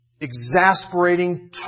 exasperating